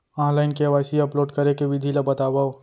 Online KYC upload करे के विधि ला बतावव?